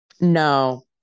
No